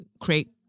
Create